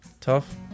tough